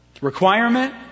Requirement